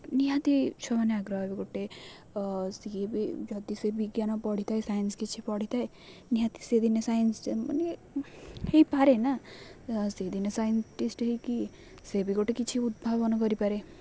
ନିହାତି ଛୁଆମାନେ ଆଗ୍ରହ ହେବେ ଗୋଟେ ସେ ବି ଯଦି ସେ ବିଜ୍ଞାନ ପଢ଼ିଥାଏ ସାଇନ୍ସ କିଛି ପଢ଼ିଥାଏ ନିହାତି ସେ ଦିନେ ସାଇନ୍ସ ମାନେ ହୋଇପାରେ ନା ସେ ଦିନେ ସାଇଣ୍ଟିଷ୍ଟ ହୋଇକି ସେ ବି ଗୋଟେ କିଛି ଉଦ୍ଭାବନ କରିପାରେ